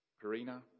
Karina